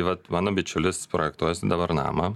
vat mano bičiulis projektuojasi dabar namą